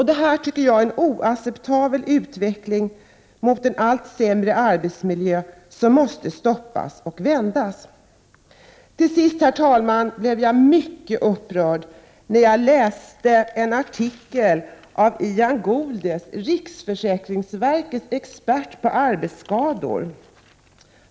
Detta är en oacceptabel utveckling mot en allt sämre arbetsmiljö som måste stoppas och vändas. Till sist, herr talman, blev jag mycket upprörd när jag läste en artikel av Ian Goldie, riksförsäkringsverkets expert på arbetsskador.